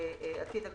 ה-20% יחול.